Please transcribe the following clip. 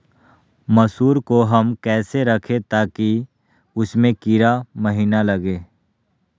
मसूर को हम कैसे रखे ताकि उसमे कीड़ा महिना लगे?